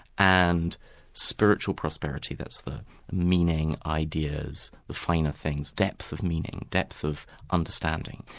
and spiritual prosperity, that's the meaning, ideas, the finer things, depth of meaning, depth of understanding.